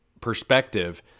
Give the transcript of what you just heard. perspective